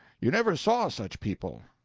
you never saw such people.